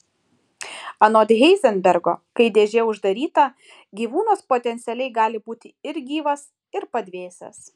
anot heizenbergo kai dėžė uždaryta gyvūnas potencialiai gali būti ir gyvas ir padvėsęs